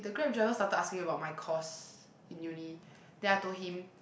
the grab driver started asking about my course in uni then I told him